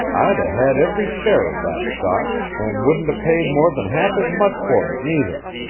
i'd a had every share of that stock, and wouldn't a paid more than half as much for it, neither.